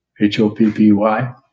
H-O-P-P-Y